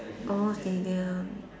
orh stadium